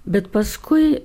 bet paskui